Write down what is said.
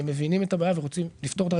הם מבינים את הבעיה ורוצים לפתור אותה.